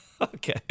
Okay